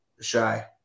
shy